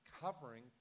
covering